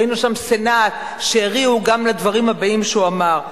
ראינו שם סנאט שהריעו גם לדברים הבאים שהוא אמר,